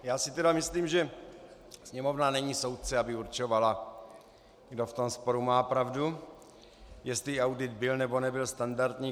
Já si tedy myslím, že Sněmovna není soudce, aby určovala, kdo v tom sporu má pravdu, jestli audit byl, nebo nebyl standardní.